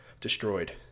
destroyed